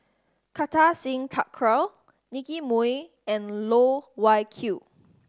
Kartar Singh Thakral Nicky Moey and Loh Wai Kiew